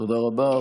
תודה רבה.